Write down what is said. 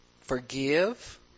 Forgive